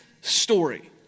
story